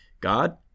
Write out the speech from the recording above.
God